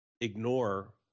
ignore